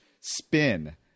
spin